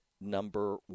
number